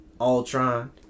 Ultron